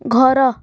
ଘର